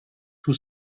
too